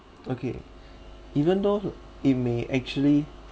okay even though it may actually